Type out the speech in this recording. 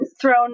thrown